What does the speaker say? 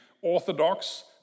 orthodox